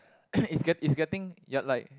it's get it's getting ya like